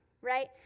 right